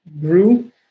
grew